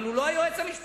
אבל הוא לא היועץ המשפטי.